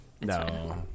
No